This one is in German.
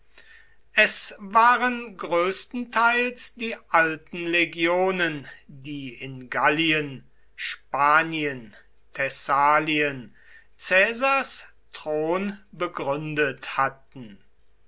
es waren größtenteils die alten legionen die in gallien spanien thessalien caesars thron begründet hatten